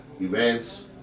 events